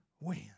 win